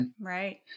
Right